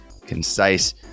concise